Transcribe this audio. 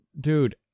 Dude